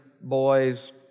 boys